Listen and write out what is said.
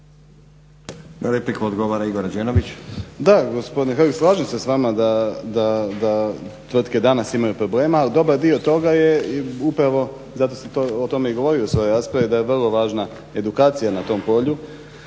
**Rađenović, Igor (SDP)** Da gospodine Hrg slažem se s vama da tvrtke danas imaju problema, ali dobar dio toga je i upravo zato sam o tome i govorio u svojoj raspravi da je vrlo važna edukacija na tom polju.